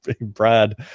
Brad